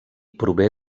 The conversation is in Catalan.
prové